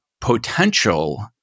potential